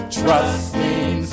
trusting